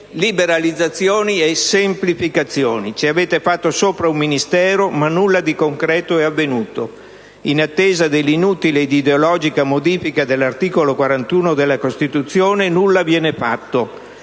liberalizzazioni e le semplificazioni, ci avete fatto sopra un Ministero, ma nulla di concreto è avvenuto. In attesa della inutile ed ideologica modifica dell'articolo 41 della Costituzione, nulla viene fatto,